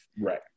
Right